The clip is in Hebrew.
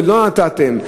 ולא נתתם.